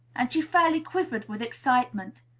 and she fairly quivered with excitement.